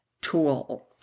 tool